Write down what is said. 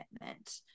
commitment